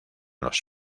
los